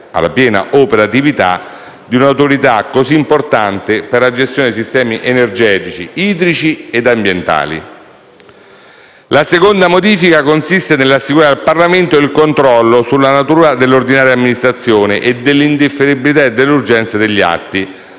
la piena operatività di un'Autorità così importante per la gestione dei sistemi energetici, idrici e ambientali. La seconda modifica consiste nell'assicurare al Parlamento il controllo sulla natura dell'ordinaria amministrazione e dell'indifferibilità e dell'urgenza degli atti